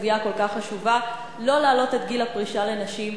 בסוגיה הכל כך חשובה: לא להעלות את גיל הפרישה לנשים.